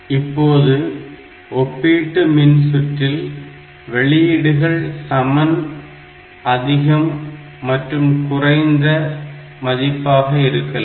இப்போது ஒப்பீட்டு மின் சுற்றில் வெளியீடுகள் சமன் அதிகம் மற்றும் குறைந்த மதிப்பாக இருக்கலாம்